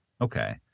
Okay